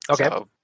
Okay